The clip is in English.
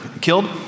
killed